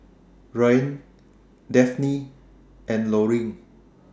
Rian Dafne and Loring